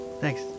thanks